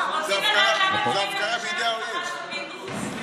רוצים לדעת למה קוראים לשם המשפחה שלך פינדרוס.